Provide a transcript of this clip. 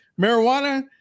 marijuana